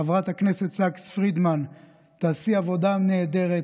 חברת הכנסת סאקס פרידמן, תעשי עבודה נהדרת.